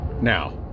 Now